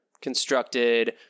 constructed